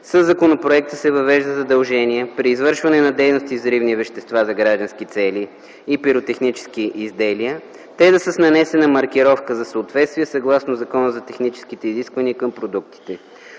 Със законопроекта се въвежда задължение при извършване на дейности с взривни вещества за граждански цели и пиротехнически изделия те да са с нанесена маркировка за съответствие съгласно Закона за техническите изисквания към продуктите.